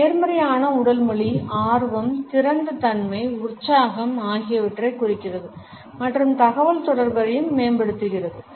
ஒரு நேர்மறையான உடல் மொழி ஆர்வம் திறந்த தன்மை உற்சாகம் ஆகியவற்றைக் குறிக்கிறது மற்றும் தகவல்தொடர்புகளையும் மேம்படுத்துகிறது